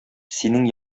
синең